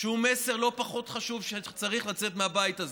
שהוא מסר לא פחות חשוב שצריך לצאת מהבית הזה,